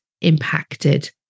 impacted